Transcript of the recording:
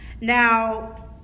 Now